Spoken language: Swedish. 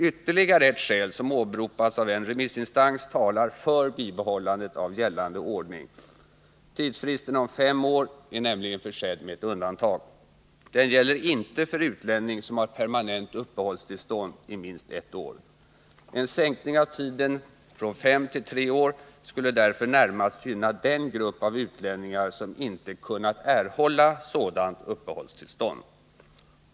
Ytterligare ett skäl, som åberopats av en remissinstans, talar för bibehållande av gällande ordning. Tidsfristen på fem år är nämligen försedd med ett undantag. Den gäller inte för utlänning som har permanent uppehållstillstånd i minst ett år. En sänkning av tiden från fem till tre år skulle därför närmast gynna den grupp av utlänningar som inte kunnat erhålla sådant uppehållstillstånd.